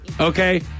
Okay